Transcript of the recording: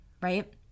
right